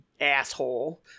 asshole